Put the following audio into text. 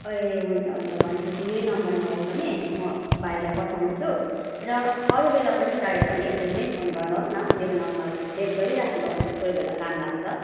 ए हुन्छ हुन्छ भनेपछि यही नम्बरमा हो भने म भाइलाई पठाउने छु र अरूबेला पनि चाहियो भने यसरी नै फोन गर्नुहोस् न मेरो नम्बर सेभ गरिराख्नुहोस् कोही बेला काम लाग्छ